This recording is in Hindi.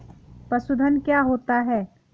पशुधन क्या होता है?